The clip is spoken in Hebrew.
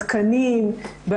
בתקנים,